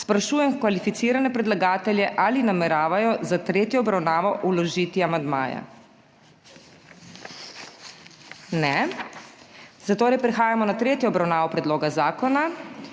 Sprašujem kvalificirane predlagatelje ali nameravajo za tretjo obravnavo vložiti amandmaje? Ne. Zatorej prehajamo na tretjo obravnavo predloga zakona.